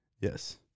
Yes